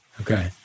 Okay